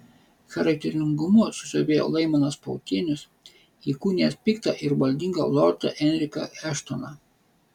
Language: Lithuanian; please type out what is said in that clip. charakteringumu sužavėjo laimonas pautienius įkūnijęs piktą ir valdingą lordą enriką eštoną